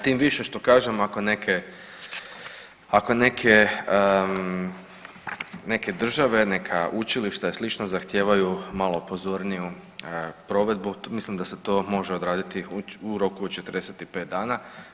Tim više što kažem ako neke, ako neke, neke države, neka učilišta i slično zahtijevaju malo pozorniju provedbu mislim da se to može odraditi u roku od 45 dana.